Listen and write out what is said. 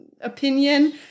opinion